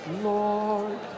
Lord